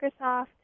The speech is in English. Microsoft